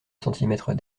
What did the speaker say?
centimètres